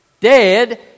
dead